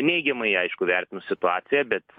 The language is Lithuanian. neigiamai aišku vertinu situaciją bet